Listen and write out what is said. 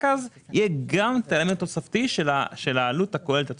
יהיה גם אתה עניין התוספתי של העלות הכוללת הצפויה.